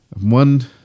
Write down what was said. one